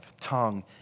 tongue